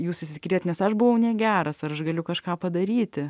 jūs išsiskyrėt nes aš buvau negeras ar aš galiu kažką padaryti